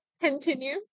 Continue